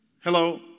Hello